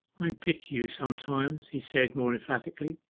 i pity you sometimes he said more emphatically.